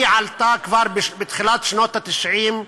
היא עלתה כבר בתחילת שנות ה-90,